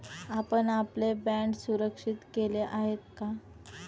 आपण आपले बाँड सुरक्षित केले आहेत का?